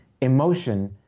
emotion